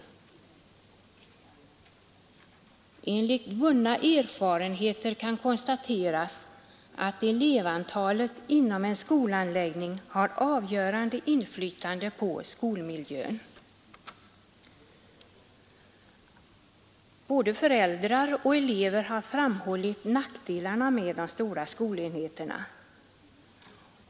På basis av vunna erfarenheter kan konstateras att elevantalet inom en skolanläggning har avgörande inflytande på skolmiljön. Både föräldrar och elever har framhållit nackdelarna med de stora skolenheterna.